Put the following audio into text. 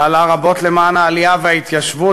פעלה רבות למען העלייה וההתיישבות,